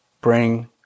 bring